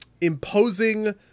imposing